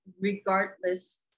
regardless